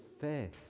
faith